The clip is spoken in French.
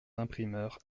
imprimeurs